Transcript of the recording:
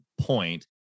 point